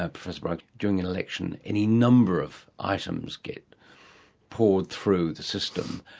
ah but during an election any number of items get poured through the system,